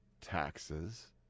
taxes